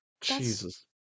Jesus